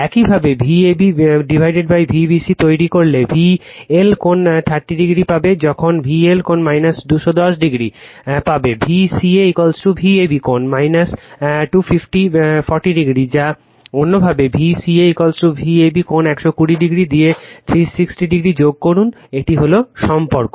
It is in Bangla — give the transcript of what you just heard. একইভাবে VabVca তৈরি করলে VL কোণ 30 পাবে যখন VL কোণ 210o পাবে Vca Vab কোণ 250 40o বা অন্যভাবে Vca Vab কোণ 120o দিয়ে 360 যোগ করুন এটি হল সম্পর্ক